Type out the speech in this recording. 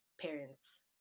parents